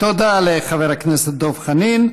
תודה לחבר הכנסת דב חנין.